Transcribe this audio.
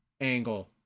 angle